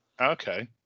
Okay